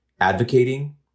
advocating